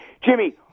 Jimmy